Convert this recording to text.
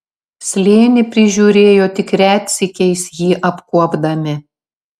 slėnį prižiūrėjo tik retsykiais jį apkuopdami